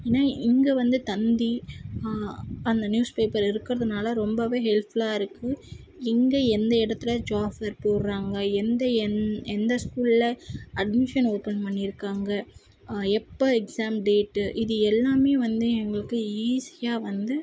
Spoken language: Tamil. ஏன்னா இங்கே வந்து தந்தி அந்த நியூஸ் பேப்பர் இருக்கிறதுனால ரொம்ப ஹெல்ப்ஃபுல்லாக இருக்குது எங்கே எந்த இடத்துல ஜாப் ஃபேர் போடுறாங்க எந்த எந்த எந்த ஸ்கூலில் அட்மிஷன் ஓப்பன் பண்ணியிருக்காங்க எப்போ எக்ஸாம் டேட்டு இது எல்லாமே வந்து எங்களுக்கு ஈஸியாக வந்து